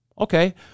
okay